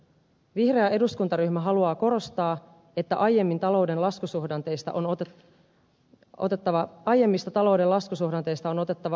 vihreä eduskuntaryhmä haluaa korostaa että aiemmin talouden laskusuhdanteista on outo otettava aiemmista talouden laskusuhdanteista on otettava opiksi